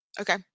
Okay